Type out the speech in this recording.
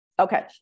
okay